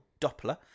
Doppler